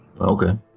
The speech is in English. Okay